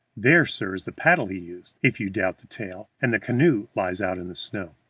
there, sir, is the paddle he used, if you doubt the tale, and the canoe lies out in the snow.